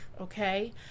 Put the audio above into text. Okay